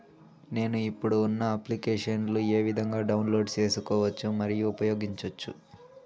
నేను, ఇప్పుడు ఉన్న అప్లికేషన్లు ఏ విధంగా డౌన్లోడ్ సేసుకోవచ్చు మరియు ఉపయోగించొచ్చు?